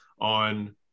on